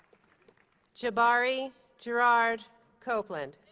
jabari gerarde copeland